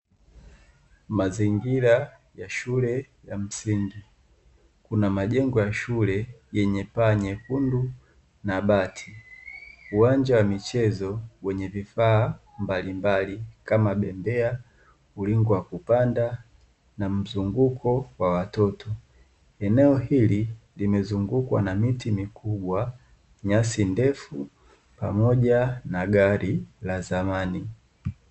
Mazingira ya shule ya msingi. Kuna majengo ya shule yenye paa nyekundu na bati. Uwanja wa michezo wenye vifaa mbalimbali kama bembea, ulingo wa kupanda na mzunguko wa watoto. Eneo hili limezungukwa na miti mikubwa, nyasi ndefu, pamoja na gari la zamani.